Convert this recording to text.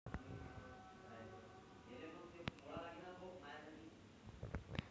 भाजीपाला हा सहसा काही औषधी वनस्पतीं च्या ताज्या खाद्य भागांचा संदर्भ घेतो